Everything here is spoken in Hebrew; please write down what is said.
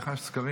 איך הסקרים